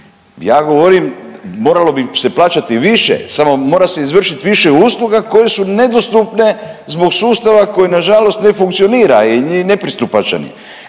Ja govorim, moralo bi se plaćati više samo se mora izvršiti više usluga koje su nedostupne zbog sustava koji na žalost ne funkcionira i nepristupačan